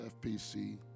FPC